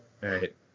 Right